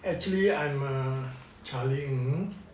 actually I'm charlie ng